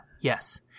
Yes